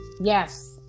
yes